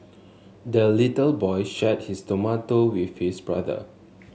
the little boy shared his tomato with his brother